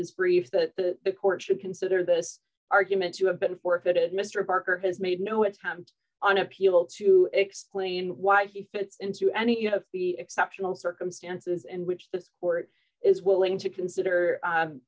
his brief that the court should consider this argument to have been forfeited mr parker has made no attempt on appeal to explain why he fits into any you have the exceptional circumstances in which the court is willing to consider